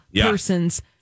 person's